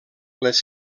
les